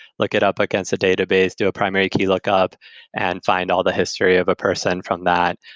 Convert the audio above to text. look it up against the database, do a primary key look up and find all the history of a person from that?